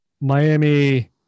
Miami